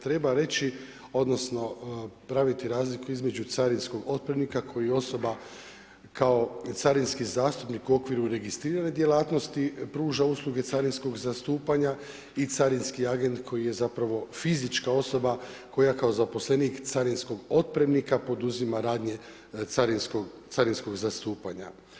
Treba reći odnosno praviti razliku između carinskog otpremnika koji osoba kao carinski zastupnik u okviru registrirane djelatnosti pruža usluge carinskog zastupanja i carinski agent koji je više fizička osoba koja kao zaposlenik carinskog otpremnika poduzima radnje carinskog zastupanja.